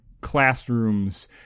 classrooms